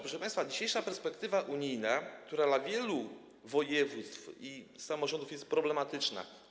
Proszę państwa, dzisiejsza perspektywa unijna dla wielu województw i samorządów jest problematyczna.